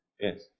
Yes